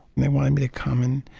they wanted me to come in,